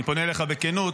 אני פונה אליך בכנות.